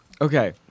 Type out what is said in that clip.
Okay